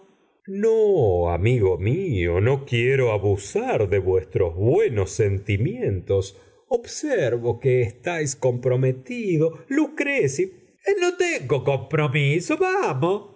no amigo mío no quiero abusar de vuestros buenos sentimientos observo que estáis comprometido luchresi no tengo compromiso vamos